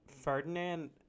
ferdinand